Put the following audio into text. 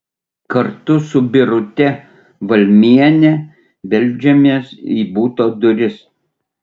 kartu su birute valmiene beldžiamės į buto duris